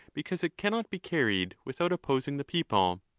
because it cannot be carried without opposing the people.